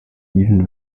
even